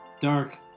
dark